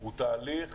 הוא תהליך